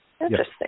Interesting